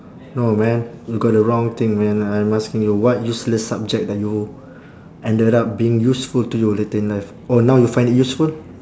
no man you got the wrong thing man I'm asking you what useless subject that you ended up being useful to you later in life oh now you find it useful